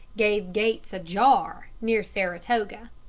gave gates ajar, near saratoga.